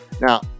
now